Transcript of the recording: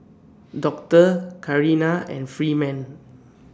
Doctor Carina and Freeman